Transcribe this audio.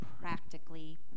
practically